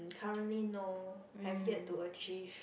currently no have yet to achieve